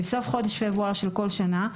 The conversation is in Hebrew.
בסוף חודש שפברואר של כל שנה,